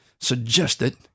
suggested